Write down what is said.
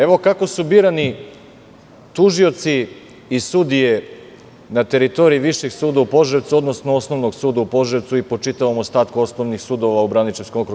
Evo, kako su birani tužioci i sudije na teritoriji Višeg suda u Požarevcu, odnosno Osnovnog suda u Požarevcu i po čitavom ostatku osnovnih sudova u Braničevskom okrugu.